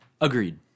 Agreed